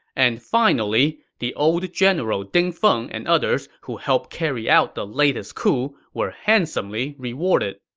and finally, the old general ding feng and others who helped carry out the latest coup were handsomely rewarded